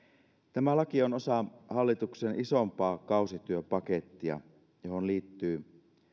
tämä laki on osa hallituksen isompaa kausityöpakettia johon liittyvät